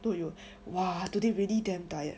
dude you !wah! today really damn tired